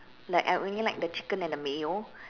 like I only like the chicken and the mayo